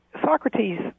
Socrates